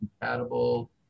compatible